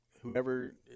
whoever